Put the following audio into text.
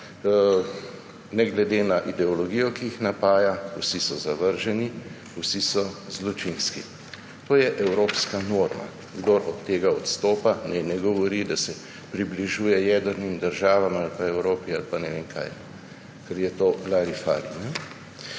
ne glede na ideologijo, ki jih napaja, vsi so zavržni, vsi so zločinski. To je evropska norma. Kdor od tega odstopa, naj ne govori, da se približuje jedrnim državam ali Evropi ali pa ne vem kaj, ker je to larifari.